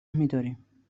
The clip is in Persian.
میداریم